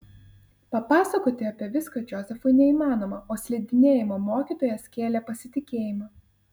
papasakoti apie viską džozefui neįmanoma o slidinėjimo mokytojas kėlė pasitikėjimą